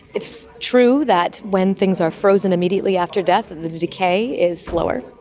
it's true that when things are frozen immediately after death, and the decay is slower.